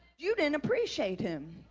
you didn't appreciate him.